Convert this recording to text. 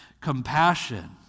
Compassion